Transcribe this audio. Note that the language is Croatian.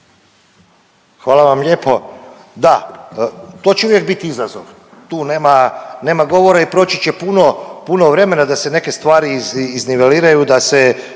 Hvala vam lijepo. Da, to će uvijek biti izazov tu nema govora i proći će puno, puno vremena da se neke stvari izniveliraju da se